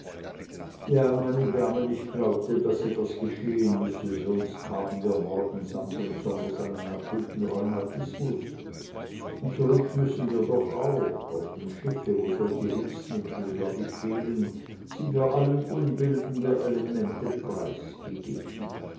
ja meine damen ich glaubte daß etwas geschehen müsse sonst haben wir morgen samt und sonders einen akuten rheumatismus und zurück müssen wir doch auch auf dem schiffe wo solche hilfsmittel glaub ich fehlen sind wir allen unbilden der elemente preisgegeben